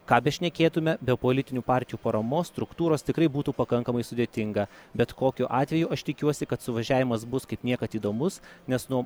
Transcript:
ką bešnekėtume be politinių partijų paramos struktūros tikrai būtų pakankamai sudėtinga bet kokiu atveju aš tikiuosi kad suvažiavimas bus kaip niekad įdomus nes nuo